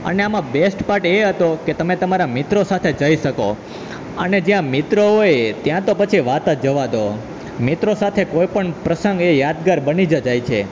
અને આમાં best part એ હતો કે તમે તમારા મિત્રો સાથે જઈ શકો અને જ્યાં મિત્રો હોય ત્યાં તો પછી વાત જ જવા દો મિત્રો સાથે કોઈ પણ પ્રસંગ એ યાદગાર બની જ જાય છે